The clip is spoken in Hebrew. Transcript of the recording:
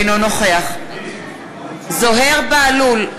אינו נוכח זוהיר בהלול,